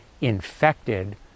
infected